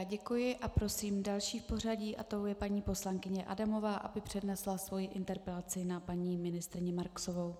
Děkuji a prosím další v pořadí a tou je paní poslankyně Adamová, aby přednesla svoji interpelaci na paní ministryni Marksovou.